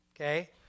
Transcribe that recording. Okay